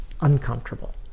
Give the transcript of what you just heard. uncomfortable